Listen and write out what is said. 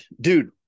dude